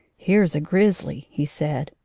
here's a grizzly, he said.